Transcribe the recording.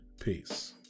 Peace